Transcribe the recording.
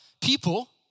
people